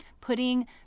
putting